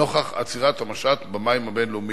נוכח עצירת המשט במים הבין-לאומיים.